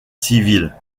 civile